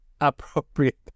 appropriate